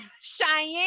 Cheyenne